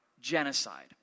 genocide